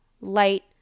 light